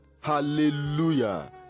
hallelujah